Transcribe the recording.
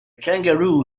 kangaroo